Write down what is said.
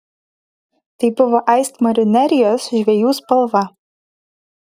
tai buvo aistmarių nerijos žvejų spalva